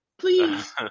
please